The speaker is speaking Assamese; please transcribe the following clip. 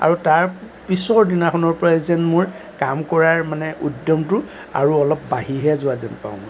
আৰু তাৰপিছৰ দিনাখনৰপৰাই যেন মোৰ কাম কৰাৰ মানে উদ্যমটো আৰু অলপ বাঢ়িহে যোৱা যেন পাওঁ মই